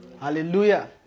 Hallelujah